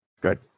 Good